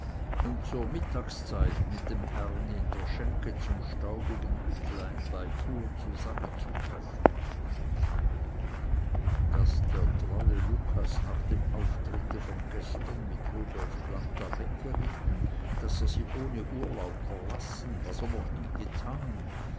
um zur mittagszeit mit dem herrn in der schenke zum staubigen hüttlein bei chur zusammenzutreffen daß der treue lucas nach dem auftritte von gestern mit rudolf planta weggeritten daß er sie ohne urlaub verlassen was er noch nie getan